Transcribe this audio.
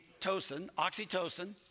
oxytocin